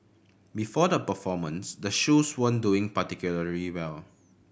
before the performance the shoes weren't doing particularly well